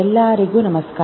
ಎಲರಿಗೂ ನಮಸ್ಕಾರ